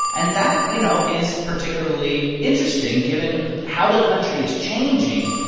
and that, you know, is particularly interesting given how the country is changing.